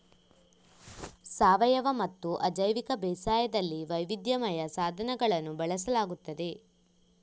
ಸಾವಯವಮತ್ತು ಅಜೈವಿಕ ಬೇಸಾಯದಲ್ಲಿ ವೈವಿಧ್ಯಮಯ ಸಾಧನಗಳನ್ನು ಬಳಸಲಾಗುತ್ತದೆ